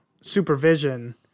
supervision